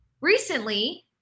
recently